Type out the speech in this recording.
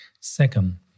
Second